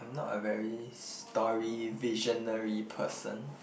I'm not a very story visionary person